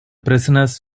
prisoners